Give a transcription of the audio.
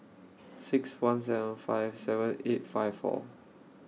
six one seven five seven eight five four